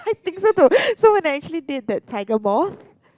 I think so too so when I actually did that tiger moth